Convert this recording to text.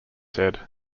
said